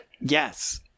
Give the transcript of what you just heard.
Yes